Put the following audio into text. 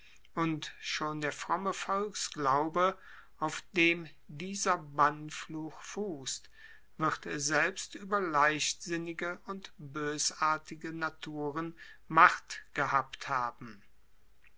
und schon der fromme volksglaube auf dem dieser bannfluch fusst wird selbst ueber leichtsinnige und boesartige naturen macht gehabt haben